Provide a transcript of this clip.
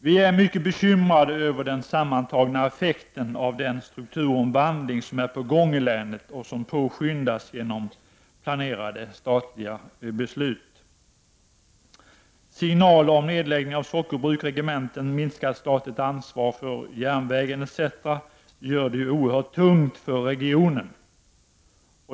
Vi är mycket bekymrade över den sammantagna effekten av den strukturomvandling som är på gång i länet och som påskyndas genom planerade stat liga beslut. Signaler om nedläggning av sockerbruk, regementen och minskat statligt ansvar för järnvägen etc. gör situationen oerhört tung för regionen.